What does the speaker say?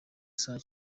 saa